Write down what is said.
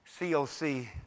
COC